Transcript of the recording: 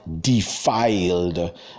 defiled